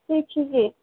दुइ केजि